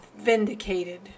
Vindicated